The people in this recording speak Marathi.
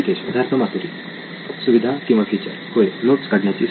सिद्धार्थ मातुरी सुविधा किंवा फीचर होय नोट्स काढण्याची सुविधा